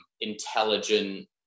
intelligent